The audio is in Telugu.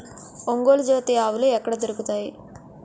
ఒంగోలు జాతి ఆవులు ఎక్కడ దొరుకుతాయి?